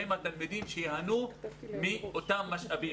הם התלמידים שייהנו מאותם משאבים.